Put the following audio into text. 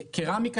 קרמיקה,